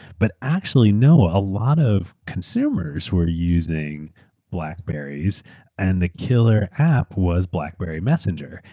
but actually, know a lot of consumers who are using blackberries and the killer app was blackberry messenger.